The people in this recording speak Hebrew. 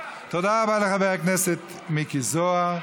תודה רבה לחבר הכנסת מיקי זוהר.